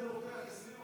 אם אתה לוקח 20%,